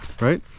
right